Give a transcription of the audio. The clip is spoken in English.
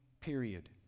period